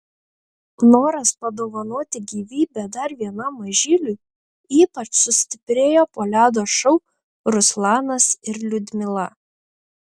noras padovanoti gyvybę dar vienam mažyliui ypač sustiprėjo po ledo šou ruslanas ir liudmila